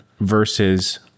versus